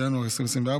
1 בינואר 2024,